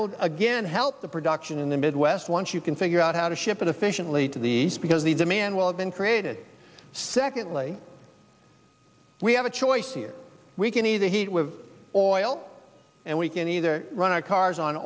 will again help the production in the midwest once you can figure out how to ship it efficiently to the east because the demand will have been created secondly we have a choice here we can either heat with oil and we can either run our cars on